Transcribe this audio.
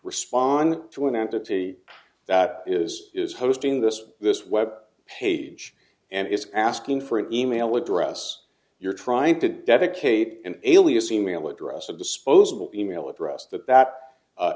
respond to an entity that is is hosting this this web page and is asking for an email address you're trying to dedicate an alias e mail address a disposable e mail address that that